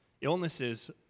Illnesses